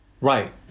Right